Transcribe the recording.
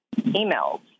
emails